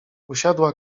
usiadła